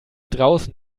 draußen